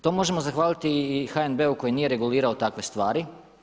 To možemo zahvaliti i HNB-u koji nije regulirao takve stvari.